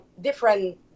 different